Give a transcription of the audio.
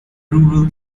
rural